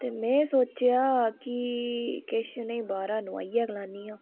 ते में सोचेआ कि किश इ'नें गी बाह्रा नोआइयै खलान्नी आं